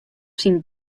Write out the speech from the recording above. syn